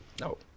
No